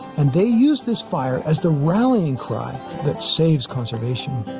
and they used this fire as the rallying cry that saves conservation.